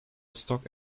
stock